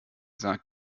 sagt